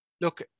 Look